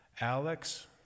Alex